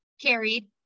carried